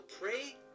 pray